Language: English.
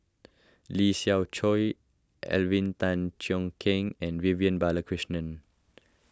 Lee Siew Choh Alvin Tan Cheong Kheng and Vivian Balakrishnan